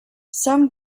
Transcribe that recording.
some